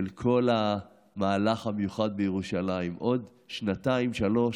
כל המהלך המיוחד בירושלים: עוד שנתיים-שלוש,